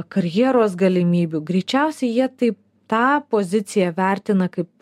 karjeros galimybių greičiausiai jie taip tą poziciją vertina kaip